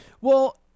Well-